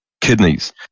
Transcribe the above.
kidneys